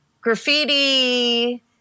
graffiti